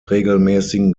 regelmäßigen